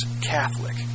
Catholic